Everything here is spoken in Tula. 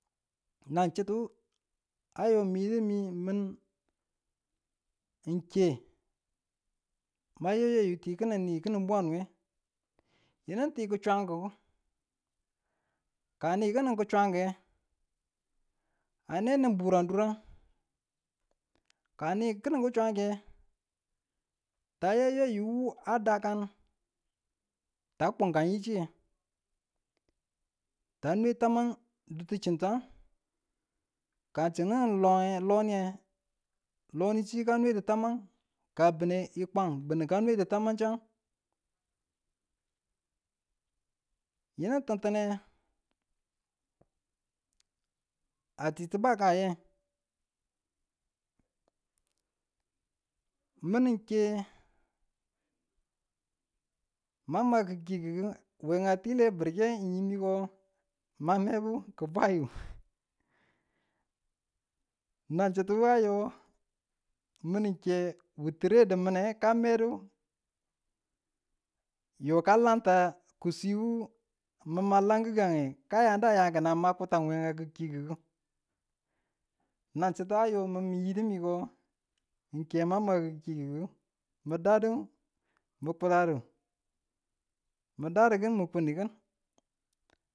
Nan chitu a yo mi yidi me min ng ke, ma yayeyu ng ti kinni ni kinin bwanu yinu ng ti ku chankuku. Ka ni kinin ku chankukang nge, a ne nin buran durange kani kinin chanku nge ta ya yeyu wu a dakan ta kunka yichi ye ta nwe tamang dutuchinta ka chin nang lwan nge loniye, lonichi ka nwedu tamang ka bine bini nge kwan kanwe ti tamangu. Yinu tin tine, a tibe kaye. Min ng ke ma mamakikuku we a tile birke min ng yiko ma mebu ki̱ bwayi nan chitu a yo min ng ke wutire a di mine ka medu yo ka lanta kushi wu min ma lan gi̱gang nge, ka ya kin a ma a kikuku na chitu a yo min miyidu ko ng ke ma ma kikuku mi dadu mi kuradu mudadikin mi kuni kin.